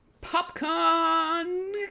Popcorn